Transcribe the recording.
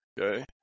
okay